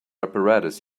apparatus